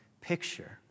picture